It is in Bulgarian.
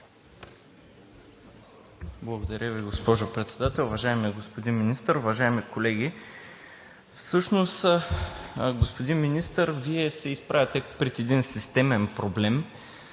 Благодаря Ви, госпожо Председател. Уважаеми господин Министър, уважаеми колеги! Всъщност, господин Министър, Вие се изправяте пред един системен проблем,